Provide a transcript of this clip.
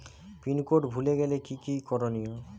Pin code ভুলে গেলে কি কি করনিয়?